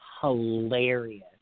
hilarious